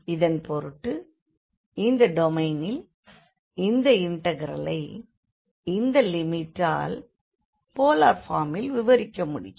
இதன் பொருட்டு இந்த டொமைனில் இந்த இண்டெக்ரலை இந்த லிமிட்டால் போலார் ஃபார்மில் விவரிக்க முடியும்